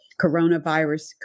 coronavirus